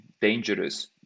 dangerous